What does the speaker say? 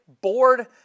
board